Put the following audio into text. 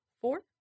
four